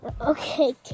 Okay